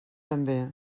també